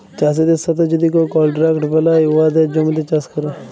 চাষীদের সাথে যদি কেউ কলট্রাক্ট বেলায় উয়াদের জমিতে চাষ ক্যরে